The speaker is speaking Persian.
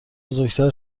بزرگتر